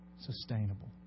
sustainable